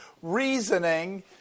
reasoning